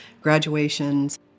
graduations